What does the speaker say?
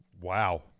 wow